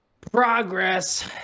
progress